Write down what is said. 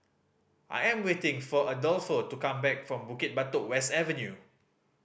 I am waiting for Adolfo to come back from Bukit Batok West Avenue